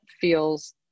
feels